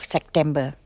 September